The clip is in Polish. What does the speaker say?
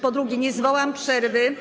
Po drugie, nie zwołam przerwy.